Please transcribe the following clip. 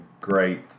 great